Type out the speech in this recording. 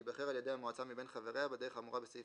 שייבחר על ידי המועצה מבין חבריה בדרך האמורה בסעיף